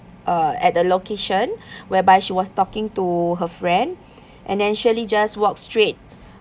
uh at the location whereby she was talking to her friend and then shirley just walk straight